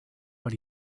but